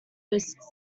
risks